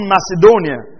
Macedonia